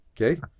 Okay